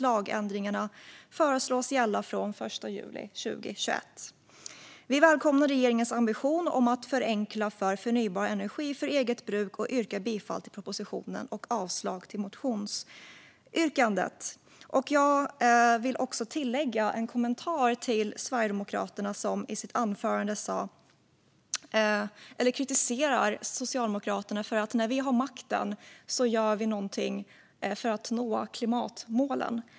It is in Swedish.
Lagändringarna föreslås gälla från den 1 juli 2021. Vi välkomnar regeringens ambition att förenkla för förnybar energi för eget bruk och yrkar bifall till propositionen och avslag på motionsyrkandet. Jag vill kommentera det som man sa från Sverigedemokraternas sida i anförandet nyss. Man kritiserade Socialdemokraterna för att vi när vi har makten gör någonting för att nå klimatmålen.